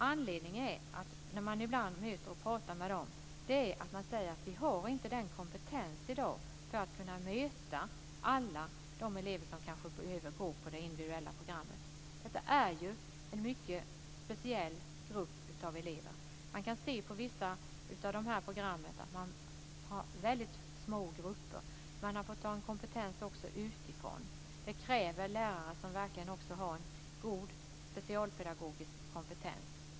Anledningen är, säger man på dessa skolor, att man inte har kompetens i dag för att kunna möta alla de elever som kanske behöver gå på det individuella programmet. Detta är ju en mycket speciell grupp av elever. Man kan se på vissa av de här programmen att man har väldigt små grupper. Man har fått ta in kompetens också utifrån. Det krävs lärare som verkligen har god specialpedagogisk kompetens.